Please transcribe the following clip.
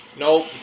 Nope